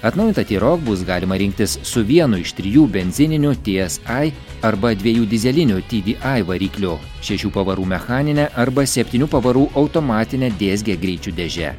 atnaujintą tyrok bus galima rinktis su vienu iš trijų benzininių ty es ai arba dviejų dyzelinių tydy ai variklių šešių pavarų mechanine arba septynių pavarų automatine dėzgė greičių dėže